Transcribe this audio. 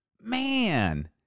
Man